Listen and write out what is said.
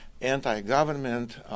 anti-government